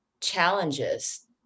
challenges